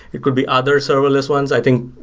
it could be other serverless ones. i think,